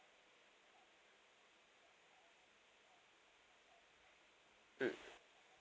mm